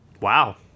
Wow